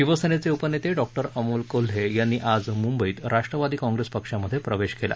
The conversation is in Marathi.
शिवसेनेचे उपनेते डॉक्टर अमोल कोल्हे यांनी आज म्ंबईत राष्ट्रवादी काँग्रेस पक्षामध्ये प्रवेश केला